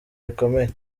rikomeye